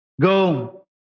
Go